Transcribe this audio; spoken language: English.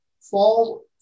Fall